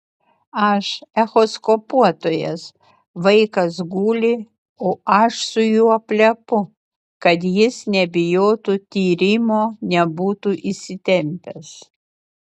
aš echoskopuotojas vaikas guli o aš su juo plepu kad jis nebijotų tyrimo nebūtų įsitempęs